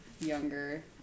younger